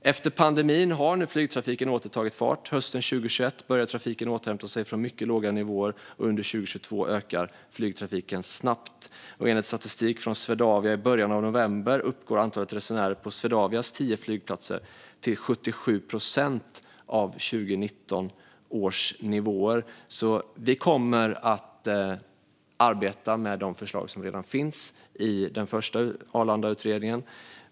Efter pandemin har flygtrafiken nu åter tagit fart. Hösten 2021 började trafiken återhämta sig från mycket låga nivåer, och under 2022 ökar flygtrafiken snabbt. Enligt statistik från Swedavia uppgick antalet resenärer på Swedavias tio flygplatser i början av november till 77 procent av 2019 års nivåer. Vi kommer att arbeta med de förslag som redan finns i den första Arlandautredningen.